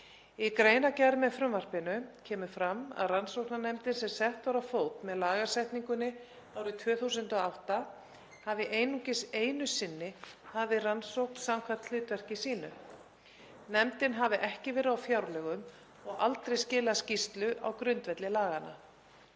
Í greinargerð með frumvarpinu kemur fram að rannsóknarnefndin sem sett var á fót með lagasetningunni árið 2008 hafi einungis einu sinni hafið rannsókn samkvæmt hlutverki sínu. Nefndin hafi ekki verið á fjárlögum og aldrei skilað skýrslu á grundvelli laganna.